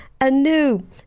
Anew